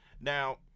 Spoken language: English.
Now